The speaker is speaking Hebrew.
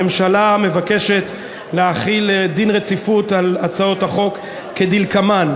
הממשלה מבקשת להחיל דין רציפות על הצעות החוק כדלקמן: